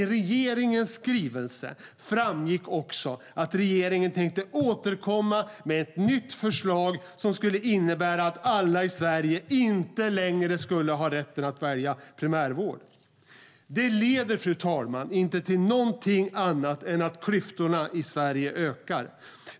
I regeringens skrivelse framgick också att regeringen tänkte återkomma med ett nytt förslag som skulle innebära att alla i Sverige inte längre skulle ha rätt att välja primärvård. Det förslaget, fru talman, leder inte till något annat än att klyftorna i Sverige ökar.